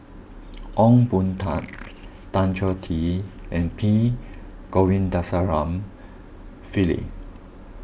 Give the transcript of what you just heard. Ong Boon Tat Tan Choh Tee and P Govindasamy Pillai